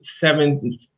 seven